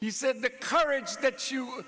he said the courage that you